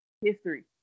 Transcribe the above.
history